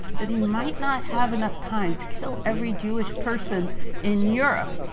that he might not have enough time to kill every jewish person in europe,